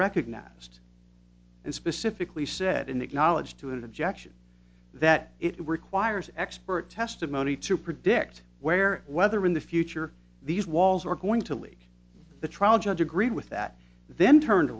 recognized and specifically said and acknowledged to an objection that it requires expert testimony to predict where whether in the future these walls are going to leak the trial judge agreed with that then turned